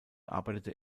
arbeitete